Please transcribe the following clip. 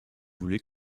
voulez